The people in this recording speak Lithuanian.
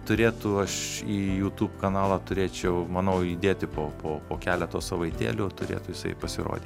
turėtų aš į youtube kanalą turėčiau manau įdėti po po po keletos savaitėlių turėtų jisai pasirodyt